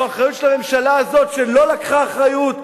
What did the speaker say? זו אחריות של הממשלה הזאת שלא לקחה אחריות.